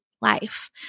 life